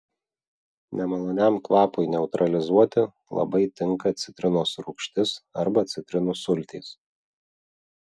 nemaloniam kvapui neutralizuoti labai tinka citrinos rūgštis arba citrinų sultys